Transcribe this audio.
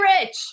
rich